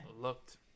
looked